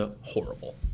Horrible